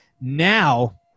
now